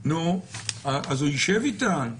נו, אז הוא יישב איתם.